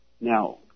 Now